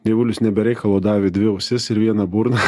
dievulis ne be reikalo davė dvi ausis ir vieną burną